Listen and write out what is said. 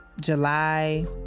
July